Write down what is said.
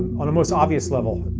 on a most obvious level.